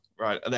Right